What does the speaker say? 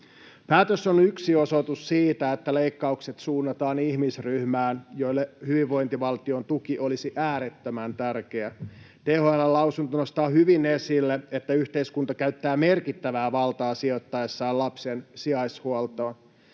Päätös on yksi osoitus siitä, että leikkaukset suunnataan ihmisryhmään, jolle hyvinvointivaltion tuki olisi äärettömän tärkeä. THL:n lausunto nostaa hyvin esille, että yhteiskunta käyttää merkittävää valtaa sijoittaessaan lapsen sijaishuoltoon.